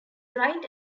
right